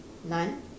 none